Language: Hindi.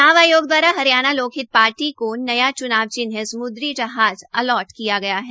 च्नाव आयोग ने हरियाणा लोकहित पार्टी को नया च्नाव चिन्ह सम्द्री जहाज़ अलाट किया गया है